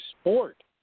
sport